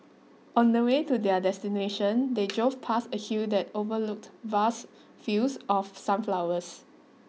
on the way to their destination they drove past a hill that overlooked vast fields of sunflowers